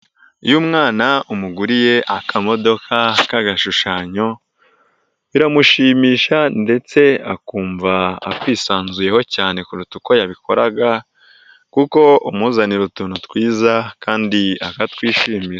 Iyo umwana umuguriye akamodoka k'agashushanyo biramushimisha ndetse akumva akwisanzuyeho cyane kuruta uko yabikoraga kuko umuzanira utuntu twiza kandi akatwishimira.